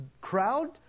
crowd